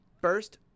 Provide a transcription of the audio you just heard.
first